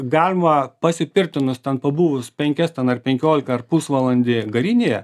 galima pasipirtinus ten pabuvus penkias ten ar penkiolika ar pusvalandį garinėje